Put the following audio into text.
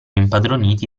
impadroniti